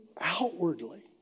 outwardly